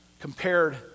compared